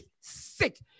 sick